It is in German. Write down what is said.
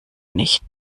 nicht